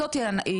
ואני חושבת,